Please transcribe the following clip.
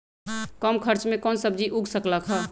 कम खर्च मे कौन सब्जी उग सकल ह?